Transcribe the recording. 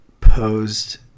posed